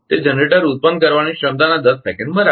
તે જનરેટર ઉત્પન્ન કરવાની ક્ષમતાના 10 સેકન્ડ બરાબર છે